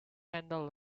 handle